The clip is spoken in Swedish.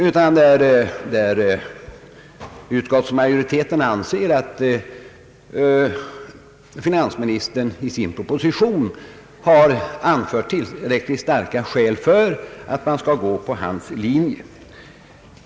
Utskottsmajoriteten anser att finansministern i sin proposition har anfört tillräckligt starka skäl för att man skall gå på hans linje.